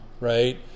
right